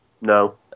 No